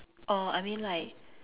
err I mean like